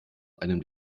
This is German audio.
einem